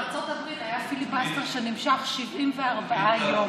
מישהי מארה"ב, היה פיליבסטר שנמשך 74 יום.